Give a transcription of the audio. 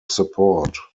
support